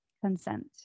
consent